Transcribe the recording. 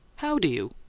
how do you?